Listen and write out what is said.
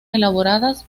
elaboradas